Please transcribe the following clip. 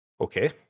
Okay